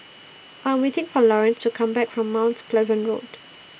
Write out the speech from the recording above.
I Am waiting For Lawrence to Come Back from Mount Pleasant Road